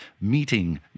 meeting